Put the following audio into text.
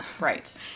Right